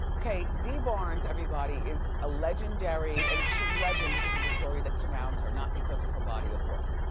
okay, dee barnes everybody is a legendary and she's legend because of the story that surrounds her, not because of her body of work.